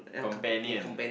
companion